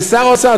ושר האוצר,